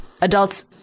adults